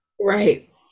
Right